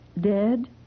dead